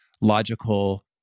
logical